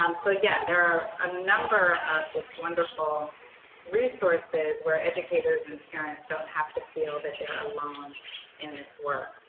um so yeah. there are a number of just wonderful resources where educators and parents don't have to feel that they're alone in this work.